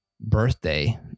birthday